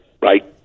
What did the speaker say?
right